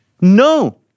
No